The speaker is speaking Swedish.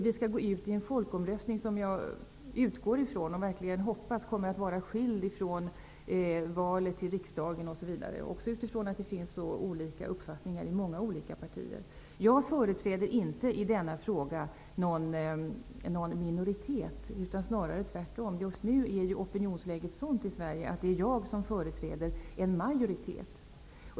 Vi skall gå ut i en folkomröstning som -- det utgår jag från och det hoppas jag verkligen -- kommer att vara skild från valet till riksdagen osv. Dessutom finns det ju så olika olika uppfattningar i många olika partier. I denna fråga företräder jag inte en minoritet, snarare tvärtom. Just nu är ju opinionsläget i Sverige sådant att det är jag som företräder en majoritet.